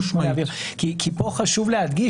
כאן חשוב להדגיש,